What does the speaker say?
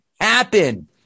happen